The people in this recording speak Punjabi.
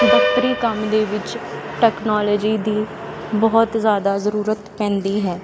ਦਫਤਰੀ ਕੰਮ ਦੇ ਵਿੱਚ ਟੈਕਨੋਲੋਜੀ ਦੀ ਬਹੁਤ ਜ਼ਿਆਦਾ ਜ਼ਰੂਰਤ ਪੈਂਦੀ ਹੈ